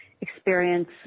experience